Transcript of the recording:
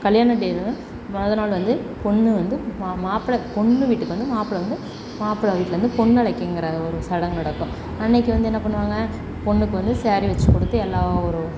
கல்யாண டேவில் மொதல் நாள் வந்து பொண்ணு வந்து மா மாப்பிள்ளை பொண்ணு வீட்டுக்கு வந்து மாப்பிள்ளை வந்து மாப்பிள்ளை வீட்டுலேந்து பொண்ணு அழைக்கிங்கிற ஒரு சடங்கு நடக்கும் அன்றைக்கு வந்து என்ன பண்ணுவாங்க பொண்ணுக்கு வந்து ஸேரீ வெச்சி கொடுத்து எல்லாம் ஒரு